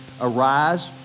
arise